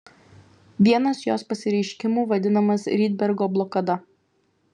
vienas jos pasireiškimų vadinamas rydbergo blokada